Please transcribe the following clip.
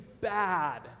bad